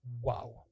wow